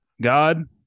God